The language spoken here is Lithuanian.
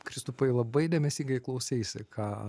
kristupai labai dėmesingai klauseisi ką